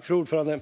Fru talman!